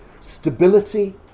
stability